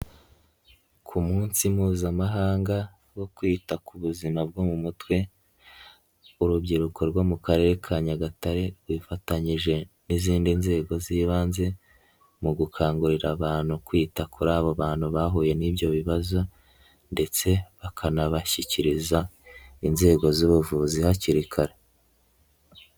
Ku munsi mpuzamahanga wo kwita ku buzima bwo mu mutwe urubyiruko rwo mu Karere ka Nyagatare bifatanyije n'izindi nzego z'ibanze mu gukangurira abantu kwita kuri abo bantu bahuye n'ibyo bibazo ndetse bakanabashyikiriza inzego z'ubuvuzi hakiri kare.